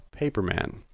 Paperman